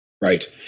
Right